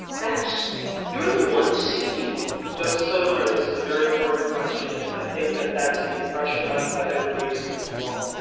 that's you're the one seeking katyal justice sotomayor, this is a very important question, and i think that that's the impression left by their briefs and it's wrong.